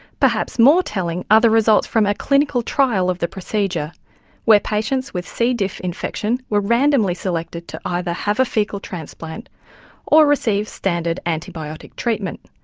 perhaps more telling are the results from a clinical trial of the procedure where patients with c. diff infection were randomly selected to either have a faecal transplant or receive standard antibiotic treatment,